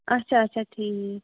اچھا اچھا ٹھیٖک